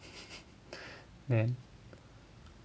then